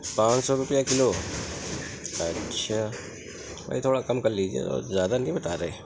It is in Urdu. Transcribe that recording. پانچ سو روپیہ کلو اچھا بھئی تھوڑا کم کر لیجیے زیادہ نہیں بتا رہے